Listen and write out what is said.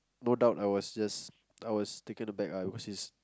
known out I was just I was taken aback which is